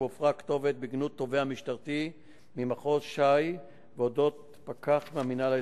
עופרה כתובות בגנות תובע משטרתי ממחוז ש"י ועל פקח מהמינהל האזרחי.